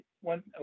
one